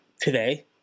today